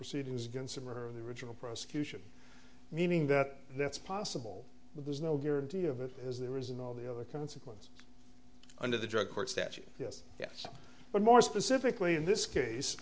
proceedings against him or her of the original prosecution meaning that that's possible but there's no guarantee of it as there is in all the other consequence under the drug court statute yes yes but more specifically in this case